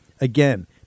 Again